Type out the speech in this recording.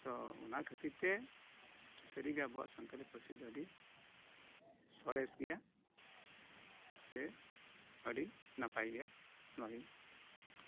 ᱛᱚ ᱚᱱᱟ ᱠᱷᱟᱹᱛᱤᱨ ᱛᱮ ᱥᱟᱹᱨᱤᱜᱮ ᱟᱵᱚᱣᱟᱜ ᱥᱟᱱᱛᱟᱞᱤ ᱯᱟᱹᱨᱥᱤ ᱫᱚ ᱟᱹᱰᱤ ᱜᱮ ᱟᱹᱰᱤ ᱥᱚᱨᱮᱥ ᱜᱮᱭᱟ ᱥᱮ ᱟᱹᱰᱤ ᱱᱟᱯᱟᱭ ᱜᱮᱭᱟ ᱱᱚᱶᱟ ᱜᱮ